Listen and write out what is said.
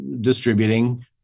distributing